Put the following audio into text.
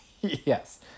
yes